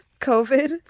covid